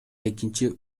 экинчи